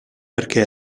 perché